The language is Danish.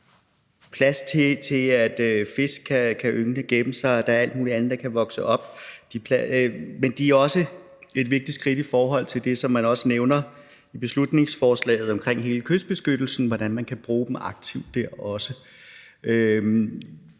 plads til, at fisk kan yngle og gemme sig, og der er alt muligt andet, der kan vokse op. Men de er også et vigtigt skridt i forhold til det, som man også nævner i beslutningsforslaget, om hele kystbeskyttelsen, og hvordan man også kan bruge dem aktivt der.